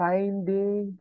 Finding